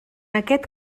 aquest